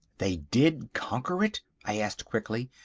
they did conquer it? i asked quickly,